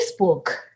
Facebook